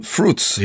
Fruits